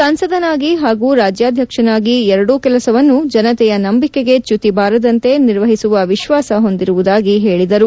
ಸಂಸದನಾಗಿ ಹಾಗೂ ರಾಜ್ಯಾಧ್ಯಕ್ಷನಾಗಿ ಎರಡೂ ಕೆಲಸವನ್ನು ಜನತೆಯ ನಂಬಿಕೆಗೆ ಚ್ಯುತಿ ಬಾರದಂತೆ ನಿರ್ವಹಿಸುವ ವಿಶ್ವಾಸ ಹೊಂದಿರುವುದಾಗಿ ಹೇಳಿದರು